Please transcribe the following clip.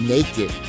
Naked